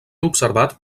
observat